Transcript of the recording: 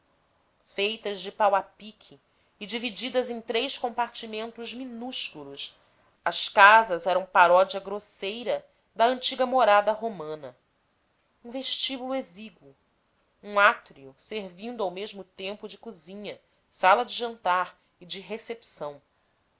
feitas de pau a pique e divididas em três compartimentos minúsculos as casas eram paródia grosseira da antiga morada romana um vestíbulo exíguo um átrio servindo ao mesmo tempo de cozinha sala de jantar e de recepção